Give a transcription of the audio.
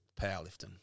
powerlifting